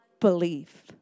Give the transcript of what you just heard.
belief